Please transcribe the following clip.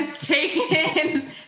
taken